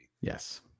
yes